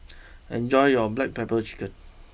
enjoy your Black Pepper Chicken